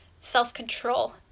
self-control